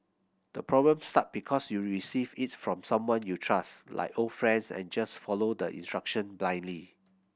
the problem start because you receive it from someone you trust like old friends and just follow the instruction blindly